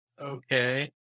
okay